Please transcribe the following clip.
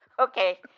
Okay